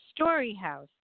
StoryHouse